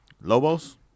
Lobos